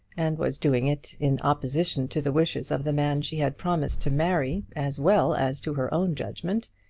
and was doing it in opposition to the wishes of the man she had promised to marry as well as to her own judgment,